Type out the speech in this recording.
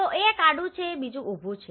તો એક આડુ છે બીજુ ઉભું છે